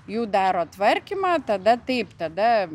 jų daro tvarkymą tada taip tada